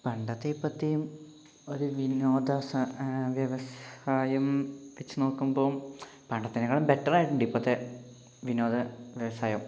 പണ്ടത്തേയും ഇപ്പോഴത്തെയും ഒരു വിനോദ വ്യവസായം വെച്ച് നോക്കുമ്പം പണ്ടത്തെതിനേക്കാളും ബെറ്റർ ആയിട്ടുണ്ട് ഇപ്പോഴത്തെ വിനോദ വ്യവസായം